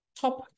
top